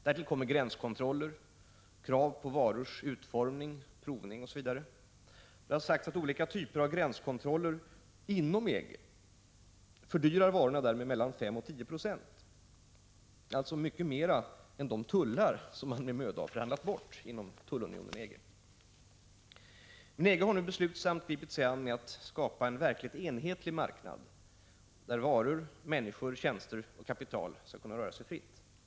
Därtill kommer gränskontroller, krav på varors utformning, provning osv. Det har sagts att olika typer av gränskontroller inom EG fördyrar varorna där med mellan 5 och 10 96. Det är mycket mer än de tullär som man med möda har förhandlat bort inom tullunionen EG. Nu har emellertid EG beslutsamt gripit sig an med uppgiften att skapa en verkligt enhetlig marknad, där varor, människor, tjänster och kapital skall kunna röra sig fritt över gränserna.